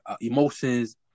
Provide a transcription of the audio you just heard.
emotions